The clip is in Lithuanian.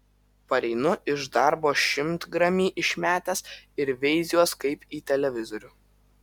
pareinu iš darbo šimtgramį išmetęs ir veiziuos kaip į televizorių